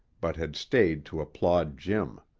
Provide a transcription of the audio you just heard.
but had stayed to applaud jim.